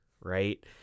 right